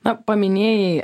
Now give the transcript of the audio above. na paminėjai